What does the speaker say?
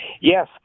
yes